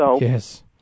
Yes